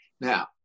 Now